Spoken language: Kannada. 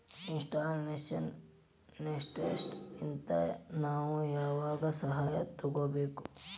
ಇನ್ಸ್ಟಿಟ್ಯೂಷ್ನಲಿನ್ವೆಸ್ಟರ್ಸ್ ಇಂದಾ ನಾವು ಯಾವಾಗ್ ಸಹಾಯಾ ತಗೊಬೇಕು?